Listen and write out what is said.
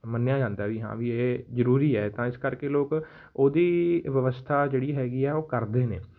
ਮੰਨਿਆ ਜਾਂਦਾ ਵੀ ਹਾਂ ਵੀ ਇਹ ਜ਼ਰੂਰੀ ਹੈ ਤਾਂ ਇਸ ਕਰਕੇ ਲੋਕ ਉਹਦੀ ਵਿਵਸਥਾ ਜਿਹੜੀ ਹੈਗੀ ਆ ਉਹ ਕਰਦੇ ਨੇ